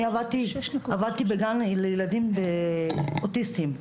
אני עבדתי בגן לילדים אוטיסטים,